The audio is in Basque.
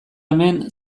hemen